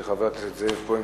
של חבר הכנסת זאב בוים,